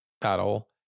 battle